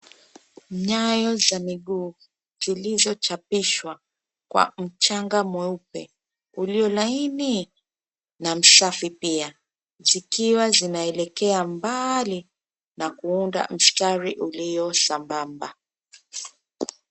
Nyayo za miguu zilizochapishwa kwa mchanga mweupe ulio laini na msafi pia zikiwa zinaelekea mbali na kuunda mstari ulio sambamba.